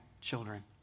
children